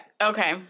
Okay